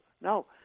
no